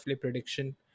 prediction